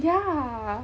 yeah